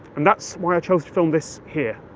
and that's why i chose to film this here.